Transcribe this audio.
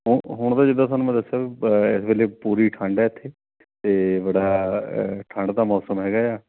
ਹੁਣ ਹੁਣ ਤਾਂ ਜਿੱਦਾਂ ਤੁਹਾਨੂੰ ਮੈਂ ਦੱਸਿਆ ਇਸ ਵੇਲੇ ਪੂਰੀ ਠੰਡ ਹੈ ਇੱਥੇ ਅਤੇ ਬੜਾ ਠੰਡ ਦਾ ਮੌਸਮ ਹੈਗਾ ਆ